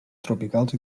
tropicals